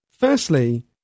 Firstly